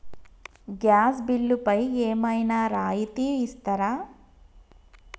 Gas బిల్లుపై ఏమైనా రాయితీ ఇస్తారా?